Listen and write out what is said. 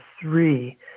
three